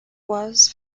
was